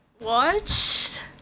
watched